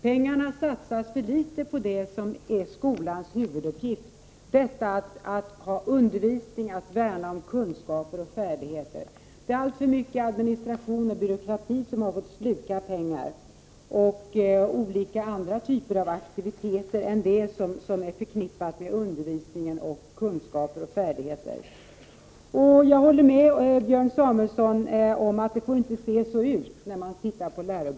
Pengarna satsas i för liten utsträckning på det som är skolans huvuduppgift, detta att bedriva undervisning, att värna om kunskaper och färdigheter. Administration och byråkrati har i alltför stor omfattning fått sluka pengar. Samma sak gäller för en del andra aktiviteter som inte är förknippade med undervisning, kunskaper och färdigheter. Jag håller med Björn Samuelson om att läroböckerna inte får se ut som de gör.